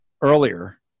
earlier